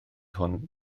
hwn